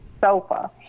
sofa